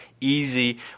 easy